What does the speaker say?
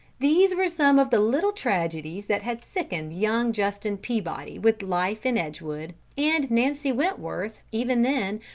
these were some of the little tragedies that had sickened young justin peabody with life in edgewood, and nancy wentworth, even then,